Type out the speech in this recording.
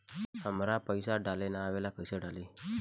हमरा पईसा डाले ना आवेला कइसे डाली?